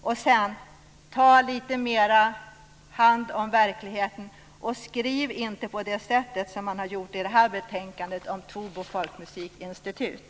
Och ta sedan hand om verkligheten lite mer och skriv inte på det sätt som har skett i detta betänkande om Tobo folkmusikinstitut.